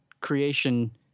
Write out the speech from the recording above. creation